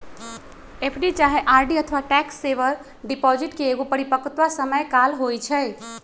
FD चाहे RD अथवा tax saver deposit के एगो परिपक्वता समय काल होइ छइ